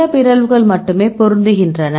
சில பிறழ்வுகள் மட்டுமே பொருந்துகின்றன